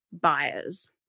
buyers